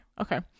Okay